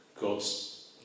God's